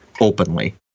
openly